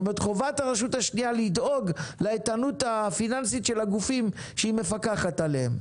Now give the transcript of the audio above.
חובת הרשות השנייה לדאוג לאיתנות הפיננסית של הגופים שהיא מפקחת עליהם.